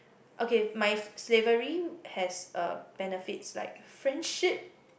okay my slavery has uh benefits like friendship